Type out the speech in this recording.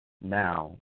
Now